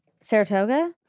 Saratoga